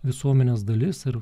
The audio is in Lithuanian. visuomenės dalis ir